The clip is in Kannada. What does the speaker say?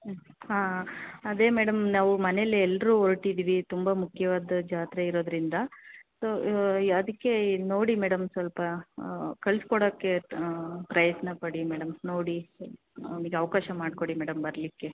ಹ್ಞೂ ಹಾಂ ಅದೇ ಮೇಡಮ್ ನಾವು ಮನೆಯಲ್ಲಿ ಎಲ್ಲರೂ ಹೊರ್ಟಿದ್ವಿ ತುಂಬ ಮುಖ್ಯವಾದ ಜಾತ್ರೆ ಇರೋದರಿಂದ ಸೊ ಈ ಅದಕ್ಕೆ ಈ ನೋಡಿ ಮೇಡಮ್ ಸ್ವಲ್ಪ ಕಳ್ಸಿಕೊಡೋಕ್ಕೆ ಪ್ರಯತ್ನಪಡಿ ಮೇಡಮ್ ನೋಡಿ ಅವನಿಗೆ ಅವಕಾಶ ಮಾಡಿಕೊಡಿ ಮೇಡಮ್ ಬರಲಿಕ್ಕೆ